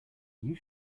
you